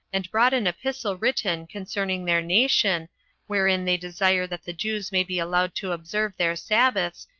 and brought an epistle written concerning their nation wherein they desire that the jews may be allowed to observe their sabbaths,